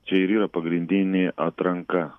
čia ir yra pagrindinė atranka